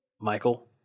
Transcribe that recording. Michael